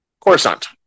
Coruscant